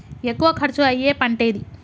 ఎక్కువ ఖర్చు అయ్యే పంటేది?